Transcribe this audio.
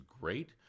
great